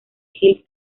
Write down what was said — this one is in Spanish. hills